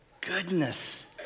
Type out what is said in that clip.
goodness